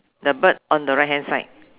the bird on the right hand side